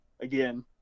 again